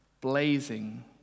blazing